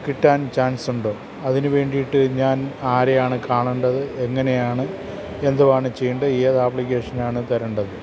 കിട്ടാൻ ചാൻസുണ്ടോ അതിന് വേണ്ടിയിട്ട് ഞാൻ ആരെയാണ് കാണേണ്ടത് എങ്ങനെയാണ് എന്തുവാണ് ചെയ്യേണ്ടത് ഏത് ആപ്പ്ളിക്കേഷനാണ് തരേണ്ടത്